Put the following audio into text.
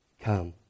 come